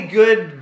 good